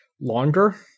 longer